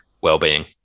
well-being